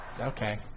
Okay